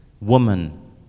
woman